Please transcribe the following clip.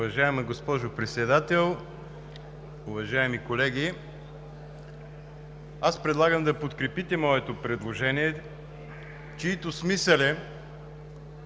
Уважаема госпожо Председател, уважаеми колеги! Аз предлагам да подкрепите моето предложение, чийто смисъл